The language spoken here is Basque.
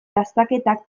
dastaketak